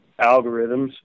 algorithms